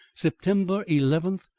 september eleventh,